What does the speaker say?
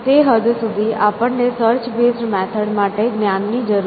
તે હદ સુધી આપણને સર્ચ બેઝ મેથડ માટે જ્ઞાન ની જરૂર છે